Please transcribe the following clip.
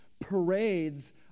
parades